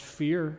fear